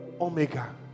omega